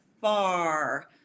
far